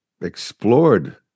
explored